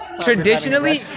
traditionally